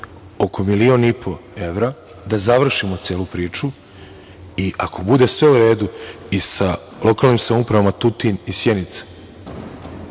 oko milion i po evra da završimo celu priču i ako bude sve u redu i sa lokalnim samoupravama Tutin i Sjenica,